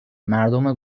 مردم